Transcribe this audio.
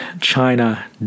China